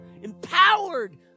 empowered